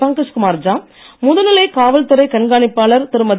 பங்கஜ்குமார் ஜா முதுநிலை காவல்துறை கண்காணிப்பாளர் திருமதி